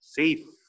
safe